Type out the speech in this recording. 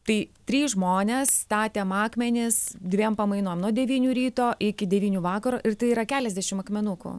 tai trys žmonės statėm akmenis dviem pamainom nuo devynių ryto iki devynių vakaro ir tai yra keliasdešim akmenukų